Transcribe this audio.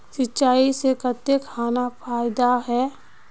सिंचाई से कते खान फायदा छै?